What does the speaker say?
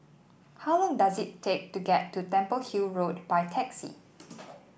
how long does it take to get to Temple Hill Road by taxi